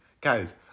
Guys